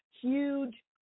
huge